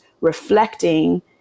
reflecting